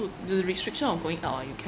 to the restriction of going out ah you